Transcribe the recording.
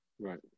Right